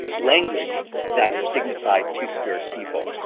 language that signified two-spirit people.